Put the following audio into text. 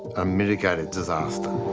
unmitigated disaster.